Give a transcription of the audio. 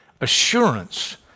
Assurance